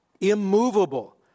immovable